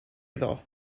iddo